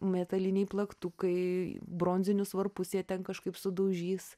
metaliniai plaktukai bronzinius varpus jie ten kažkaip sudaužys